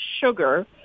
sugar